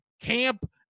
camp